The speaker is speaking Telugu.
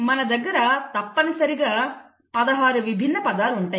మన దగ్గర తప్పనిసరిగా 16 విభిన్న పదాలు ఉంటాయి